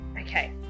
Okay